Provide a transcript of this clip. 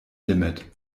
limit